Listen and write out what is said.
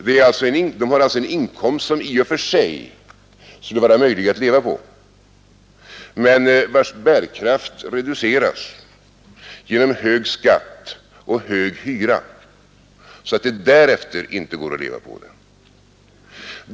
De har alltså en inkomst som i och för sig skulle vara möjlig att leva på men vars bärkraft reduceras genom hög skatt och hög hyra så att det därefter inte går att leva på den.